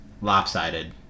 lopsided